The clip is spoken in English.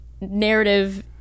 narrative